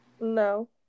No